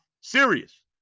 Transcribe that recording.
Serious